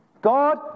God